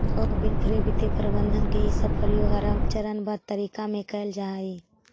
Oprah Winfrey वित्तीय प्रबंधन के इ प्रयोग के आरंभ चरणबद्ध तरीका में कैइल जा हई